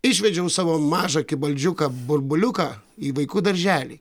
išvedžiau savo mažą kibaldžiuką burbuliuką į vaikų darželį